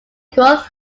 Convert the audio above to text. growth